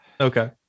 Okay